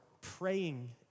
praying